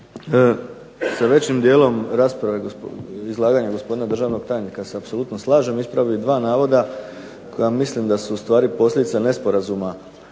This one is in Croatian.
Sa većim dijelom rasprave, izlaganja gospodina državnog tajnika se apsolutno slažem. Ispravio bih dva navoda koja mislim a su u stvari posljedica nesporazuma,